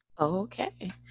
Okay